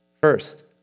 First